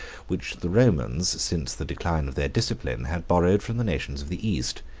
which the romans, since the decline of their discipline, had borrowed from the nations of the east.